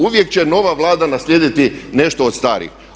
Uvijek će nova Vlada naslijediti nešto od starih.